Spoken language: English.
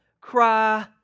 cry